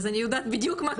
אז אני יודעת בדיוק מה כתוב.